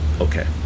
Okay